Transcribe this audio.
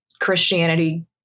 Christianity